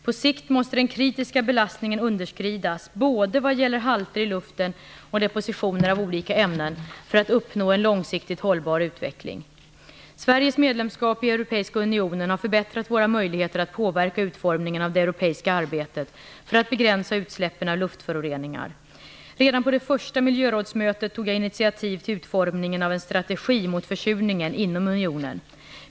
På sikt måste den kritiska belastningen underskridas, vad gäller både halter i luften och depositioner av olika ämnen, för att uppnå en långsiktigt hållbar utveckling. Sveriges medlemskap i Europeiska unionen har förbättrat våra möjligheter att påverka utformningen av det europeiska arbetet för att begränsa utsläppen av luftföroreningar. Redan på det första miljörådsmötet tog jag initiativ till utformningen av en strategi mot försurningen inom unionen.